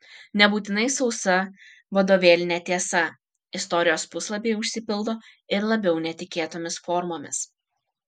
nebūtinai sausa vadovėlinė tiesa istorijos puslapiai užsipildo ir labiau netikėtomis formomis